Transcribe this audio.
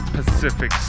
Pacific